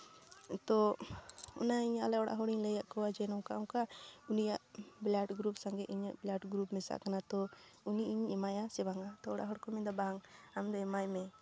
ᱛᱚ ᱚᱱᱮ ᱤᱧ ᱟᱞᱮ ᱚᱲᱟᱜ ᱦᱚᱲᱤᱧ ᱞᱟᱹᱭᱟᱫ ᱠᱚᱣᱟ ᱡᱮ ᱱᱚᱝᱠᱟ ᱚᱱᱠᱟ ᱩᱱᱤᱭᱟᱜ ᱵᱞᱟᱰ ᱜᱨᱩᱯ ᱥᱚᱸᱜᱮ ᱤᱧᱟᱹᱜ ᱵᱞᱟᱰ ᱜᱨᱩᱯ ᱢᱮᱥᱟᱜ ᱠᱟᱱᱟ ᱛᱚ ᱩᱱᱤ ᱤᱧ ᱮᱢᱟᱭᱟ ᱥᱮ ᱵᱟᱝᱟ ᱛᱚ ᱚᱲᱟᱜ ᱦᱚᱲ ᱠᱚ ᱢᱮᱱᱫᱟ ᱵᱟᱝ ᱟᱢᱫᱚ ᱮᱢᱟᱭ ᱢᱮ